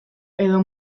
edo